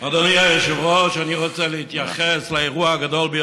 ולא מספיק לעצור אותם,